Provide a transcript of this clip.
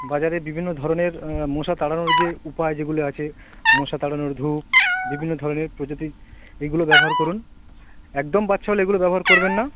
বাজারে বিভিন্ন ধরনের মশা তাড়ানোর যে উপায় যেগুলো আছে মশা তাড়ানোর ধুপ বিভিন্ন ধরনের প্রজাতির এগুলো ব্যবহার করুন একদম বাচ্চা হলে এগুলো ব্যবহার করবেন না